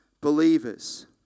believers